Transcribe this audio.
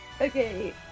Okay